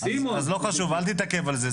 אז לא חשוב, אל תתעכב על זה.